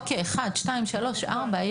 אוקיי, אחד, שניים, שלוש, ארבע.